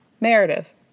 Meredith